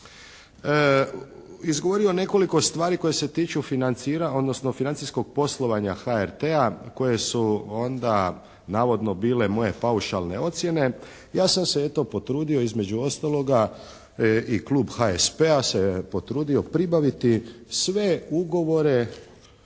izgovorio nekoliko stvari koje se tiču financira, odnosno financijskog poslovanja HRT-a koje su onda navodno bile moje paušalne ocjene, ja sam se eto potrudio između ostaloga i klub HSP-a se potrudio pribaviti sve ugovore